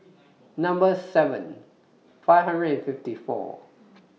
Number seven five hundred and fifty four